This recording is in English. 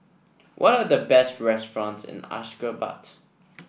what are the best restaurants in Ashgabat